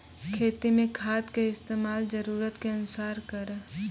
खेती मे खाद के इस्तेमाल जरूरत के अनुसार करऽ